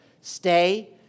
Stay